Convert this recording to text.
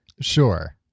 sure